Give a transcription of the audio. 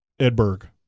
Edberg